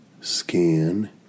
scan